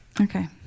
Okay